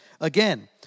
Again